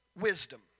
wisdom